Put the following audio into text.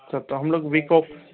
सप्तह हम लोग week of